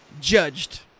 Judged